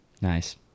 nice